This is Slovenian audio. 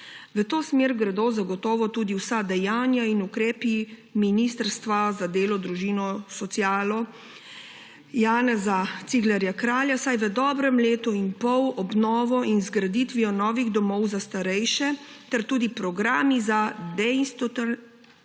V to smer gredo zagotovo tudi vsa dejanja in ukrepi Ministrstva za delo, družino, socialne zadeve Janeza Ciglerja Kralja, saj v dobrem letu in pol obnovo in z graditvijo novih domov za starejše ter tudi programi za